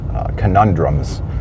conundrums